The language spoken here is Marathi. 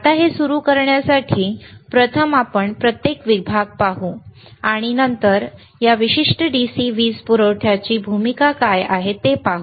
आता हे सुरू करण्यासाठी प्रथम आपण प्रत्येक विभाग पाहू आणि नंतर या विशिष्ट DC वीज पुरवठ्याची भूमिका काय आहे ते पाहू